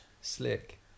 slick